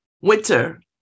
Winter